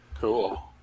Cool